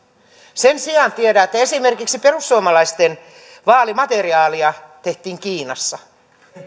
sen sijaan tiedän että esimerkiksi perussuomalaisten vaalimateriaalia tehtiin kiinassa